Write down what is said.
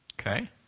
Okay